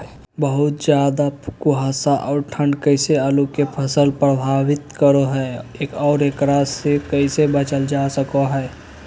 बहुत ज्यादा कुहासा और ठंड कैसे आलु के फसल के प्रभावित करो है और एकरा से कैसे बचल जा सको है?